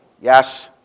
Yes